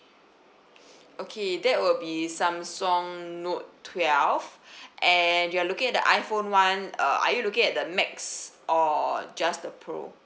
okay that will be samsung note twelve and you're looking at the iphone [one] uh are you looking at the max or just the pro